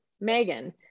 Megan